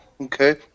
Okay